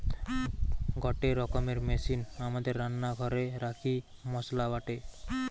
গটে রকমের মেশিন আমাদের রান্না ঘরে রাখি মসলা বাটে